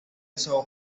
sao